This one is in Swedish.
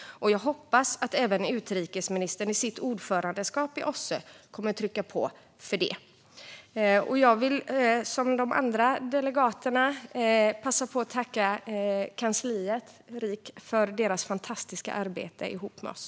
Jag hoppas att även utrikesministern under sitt ordförandeskap i OSSE kommer att trycka på för detta. Jag vill, i likhet med de andra delegaterna, passa på att tacka kansliet, RIK, för deras fantastiska arbete ihop med oss.